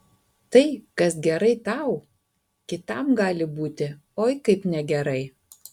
tai kas gerai tau kitam gali būti oi kaip negerai